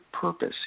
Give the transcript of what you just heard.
purpose